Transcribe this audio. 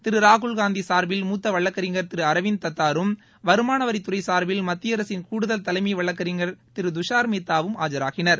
திரு ராகுல்காந்தி சார்பில் மூத்த வழக்கறிஞர் திரு அரவிந்த் தத்தாரும் வருமானவரித்துறை சார்பில் மத்திய அரசின் வழக்கறிஞர் திரு துஷார்மேத்தாவும் ஆஜராகினர்